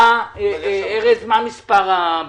ארז, מה מספר הבקשה?